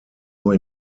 nur